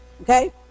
Okay